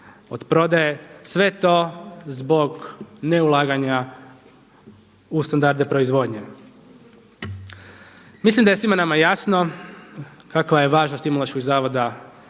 Sve to zbog neulaganja u standarde proizvodnje. Mislim da je svima nama jasno kakva je važnost Imunološkog zavoda